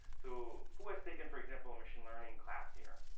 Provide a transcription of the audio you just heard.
so who has taken, for example, a machine-learning class here?